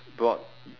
brought